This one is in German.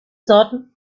sorten